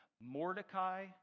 Mordecai